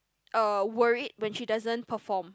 uh worried when she doesn't perform